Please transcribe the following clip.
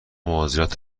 مهاجرت